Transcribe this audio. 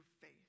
faith